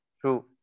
True